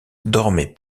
dormait